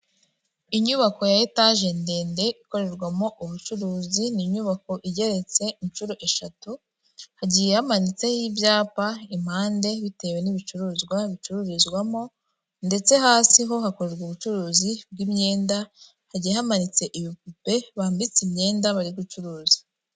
Inyubako ya etaje ndende ikorerwamo ubucuruzi, ni inyubako igeretse inshuro eshatu, hagiye hamanitseho ibyapa impande bitewe n'ibicuruzwa bicururizwamo ndetse hasi ho hakorerwa ubucuruzi bw'imyenda, hagiye hamanitse ibipupe bambitse imyenda bari gucuruza.